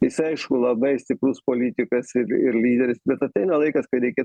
jis aišku labai stiprus politikas ir ir lyderis bet ateina laikas kai reikia